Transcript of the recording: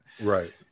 Right